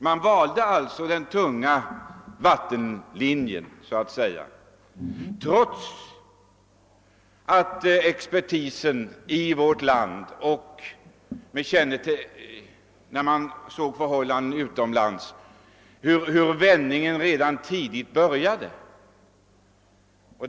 Man valde linjen med tungt vatten, trots att expertisen i vårt land, på grundval av erfarenheterna utomlands, konstaterade att en omsvängning i uppfattningen började ske.